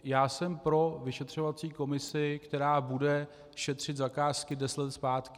Já jsem pro vyšetřovací komisi, která bude šetřit zakázky deset let zpátky.